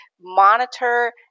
monitor